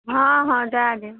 हँ हँ दए देब